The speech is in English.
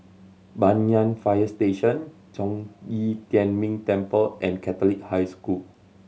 Banyan Fire Station Zhong Yi Tian Ming Temple and Catholic High School